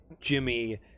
Jimmy